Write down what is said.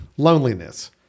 Loneliness